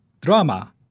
drama